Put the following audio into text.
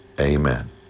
Amen